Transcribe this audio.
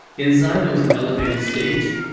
inside, there was an elevated stage,